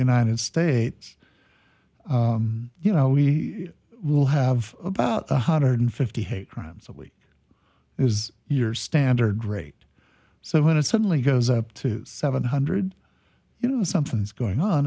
united states you know we will have about one hundred fifty hate crimes a week is your standard rate so when it suddenly goes up to seven hundred you know something's going on